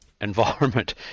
environment